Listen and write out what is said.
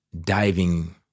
diving